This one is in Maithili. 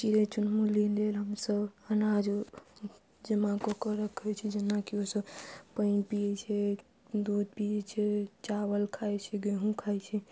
चिड़ै चुनमुली लेल हमसब अनाज जमा कऽ कऽ रखै छी जेनाकि ओसब पानि पियै छै दूध पियै छै चावल खाइ छै गेहूँ खाइ छै